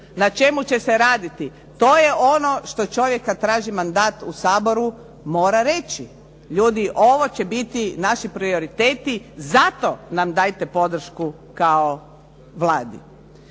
na čemu će se raditi. To je ono što čovjeka traži mandat u Saboru mora reći. Ljudi, ovo će biti naši prioriteti, zato nam dajte podršku kao Vladi.